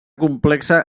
complexa